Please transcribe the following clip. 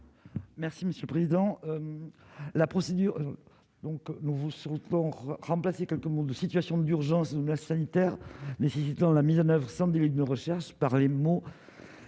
Merci monsieur le président, la procédure donc nous vous sont remplacer quelques mots de situation d'urgence sanitaire, nécessitant la mise en oeuvre sans délai nos recherches par les mots